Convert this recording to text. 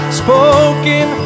spoken